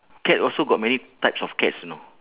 cat also got many types of cats you know